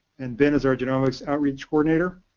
and ben is our genomics outreach coordinator.